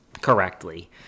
correctly